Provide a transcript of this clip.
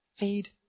feed